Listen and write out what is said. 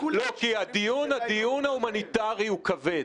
הדיון ההומניטרי הוא כבד,